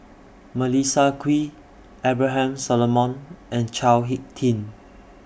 Melissa Kwee Abraham Solomon and Chao Hick Tin